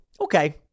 Okay